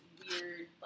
weird